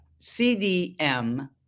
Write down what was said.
CDM